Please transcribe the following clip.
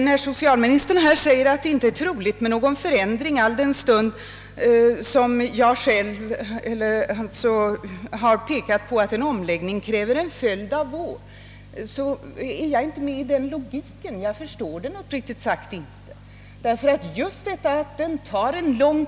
När socialministern säger att det inte är troligt att någon förändring görs alldenstund — som jag själv påpekat — en omläggning kräver en övergångstid på flera år, så förstår jag uppriktigt sagt inte logiken.